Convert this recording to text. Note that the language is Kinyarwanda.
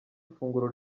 ifunguro